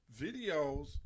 videos